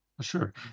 Sure